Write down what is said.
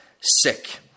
sick